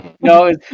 No